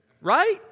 right